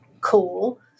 cool